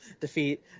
defeat